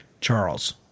Charles